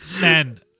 Man